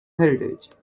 heritage